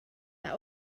that